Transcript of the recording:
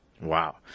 Wow